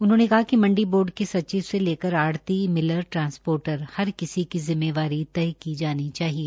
उन्होंने कहा कि मंडी बोर्ड के सचिव से लेकर आढ़ती मिलर ट्रांसपोटर हर किसी की जिम्मेवारी तय की जानी चाहिए